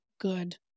good